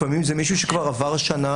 לפעמים זה מישהו שכבר עבר שנה,